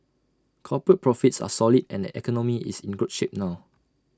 corporate profits are solid and the economy is in good shape now